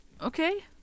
Okay